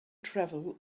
travel